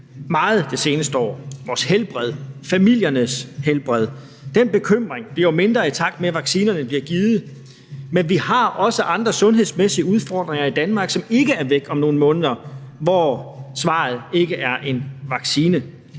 meget de seneste år: vores helbred, familiernes helbred. Den bekymring bliver jo mindre, i takt med at vaccinerne bliver givet, men vi har også andre sundhedsmæssige udfordringer i Danmark, som ikke er væk om nogle måneder, hvor svaret ikke er en vaccine.